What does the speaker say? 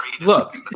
Look